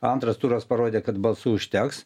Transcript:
antras turas parodė kad balsų užteks